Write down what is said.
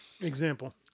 Example